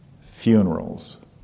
funerals